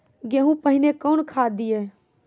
गेहूँ पहने कौन खाद दिए?